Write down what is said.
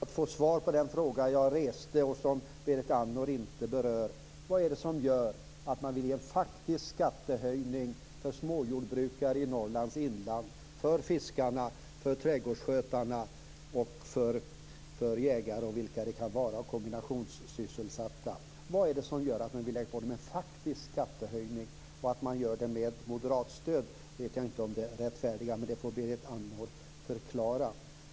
Fru talman! Jag ber bara att få svar på den fråga jag reste och som Berit Andnor inte berör. Vad är det som gör att man vill genomföra en faktisk skattehöjning för småjordbrukare i Norrlands inland, för fiskare, för trädgårdsskötare och för jägare och kombinationssysselsatta? Jag vet inte om det rättfärdigas av att man gör detta med moderatstöd, men det får Berit Andnor förklara.